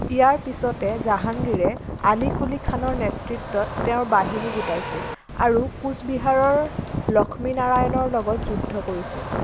ইয়াৰ পিছতে জাহাংগীৰে আলী কুলী খানৰ নেতৃত্বত তেওঁৰ বাহিনী গোটাইছিল আৰু কোচবিহাৰৰ লক্ষ্মী নাৰায়ণৰ লগত যুদ্ধ কৰিছিল